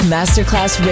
Masterclass